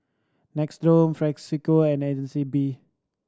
Nixoderm Frisolac and Agnes B